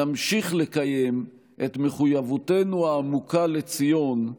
נמשיך לקיים את מחויבותנו העמוקה לציון,